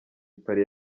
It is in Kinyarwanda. paris